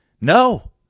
no